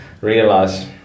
realize